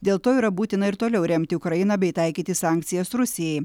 dėl to yra būtina ir toliau remti ukrainą bei taikyti sankcijas rusijai